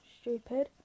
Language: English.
stupid